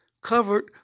covered